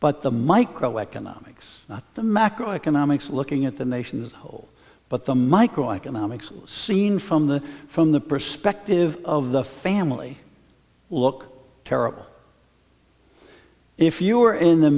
but the microeconomics the macro economics looking at the nation's soul but the microeconomics seen from the from the perspective of the family look terrible if you are in the